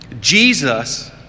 Jesus